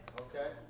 Okay